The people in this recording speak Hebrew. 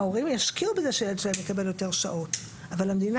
ההורים ישקיעו בזה שהילד שלהם יקבל יותר שעות אבל המדינה